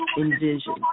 envision